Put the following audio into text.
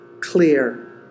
clear